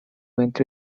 went